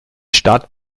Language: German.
stadt